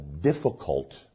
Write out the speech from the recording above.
difficult